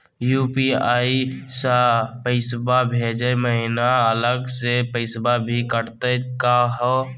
UPI स पैसवा भेजै महिना अलग स पैसवा भी कटतही का हो?